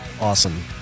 Awesome